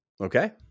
Okay